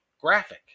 graphic